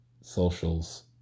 socials